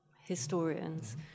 historians